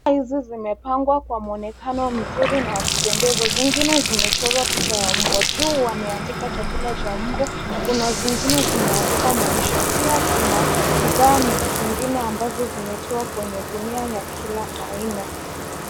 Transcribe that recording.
Bidhaa hizi zimepangwa kwa mwonekano mzuri na wa kupendeza. Zingine zimechorwa picha ya mbwa. Juu wameandika chakula cha mbwa kuna zingine zimeandikwa maisha. Pia kuna bidhaa zingine ambazo zimetiwa kwenye gunia ya kila aina.